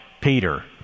Peter